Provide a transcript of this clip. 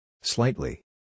Slightly